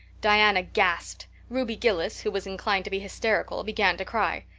diana gasped. ruby gillis, who was inclined to be hysterical, began to cry.